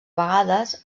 vegades